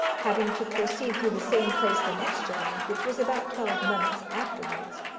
having to proceed through the same place the next journey, which was about twelve months afterwards,